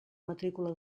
matrícula